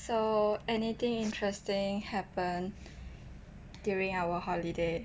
so anything interesting happen during our holiday